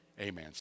amen